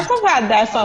מה זה "ועדה סרבנית"?